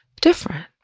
different